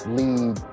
lead